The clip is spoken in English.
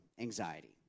anxiety